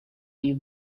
you